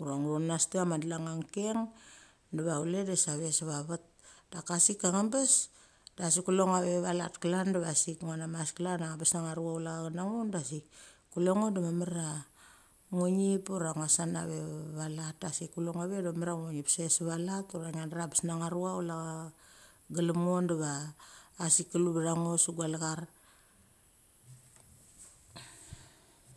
Ura ngu thonanas de chama dlung a ngkeng diva chule de save sev va vet. Da ka sik ka angbes, da sik kule ngo ve va let klan diva sik ngua namas kalan, angabes na cha rucha chule cha che ngo de sik kule ngo da mamar cha ngunip ura ngia sana ve va let. Da sik kule ngo ve de mamar cha ngungip save sa va let ura ngia dra abes necha rucha schule glem ngo diva asik kelu va ngo se gucha lechar.